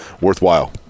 worthwhile